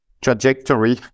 trajectory